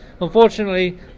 Unfortunately